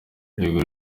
yego